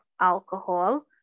alcohol